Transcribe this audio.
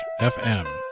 FM